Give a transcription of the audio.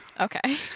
Okay